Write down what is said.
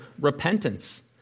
repentance